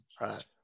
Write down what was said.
right